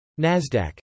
NASDAQ